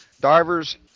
divers